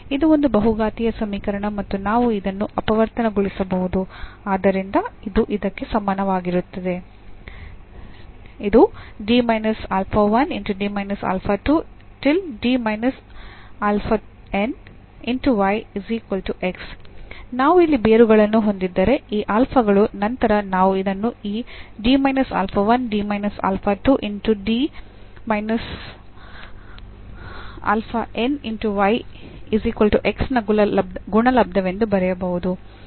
ಇದು ಒಂದು ಬಹುಘಾತೀಯ ಸಮೀಕರಣ ಮತ್ತು ನಾವು ಇದನ್ನು ಅಪವರ್ತನಗೊಳಿಸಬಹುದು ಆದ್ದರಿಂದ ಇದು ಇದಕ್ಕೆ ಸಮಾನವಾಗಿರುತ್ತದೆ ನಾವು ಇಲ್ಲಿ ಬೇರುಗಳನ್ನು ಹೊಂದಿದ್ದರೆ ಈ ಆಲ್ಫಾಗಳು ನಂತರ ನಾವು ಇದನ್ನು ಈ ನ ಗುಣಲಬ್ದವೆಂದು ಬರೆಯಬಹುದು